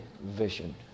vision